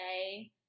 say